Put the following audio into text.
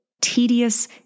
tedious